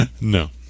no